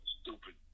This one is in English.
stupid